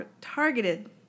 targeted